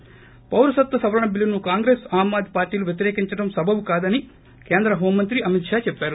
ి పౌరసత్వం సవరణ బిల్లును కాంగ్రెస్ ఆమ్ ఆద్మీ పార్టీలు వ్యతిరేకించటం సబబుకాదని కేంద్ర హోంమంత్రి అమిత్ షా చెప్పారు